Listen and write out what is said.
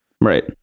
Right